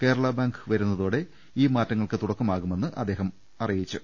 Kerala bank വരുന്നതോടെ ഈ മാറ്റങ്ങൾക്ക് തുടക്കമാവുമെന്നും അദ്ദേഹം പറ ഞ്ഞു